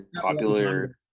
popular